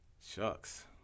shucks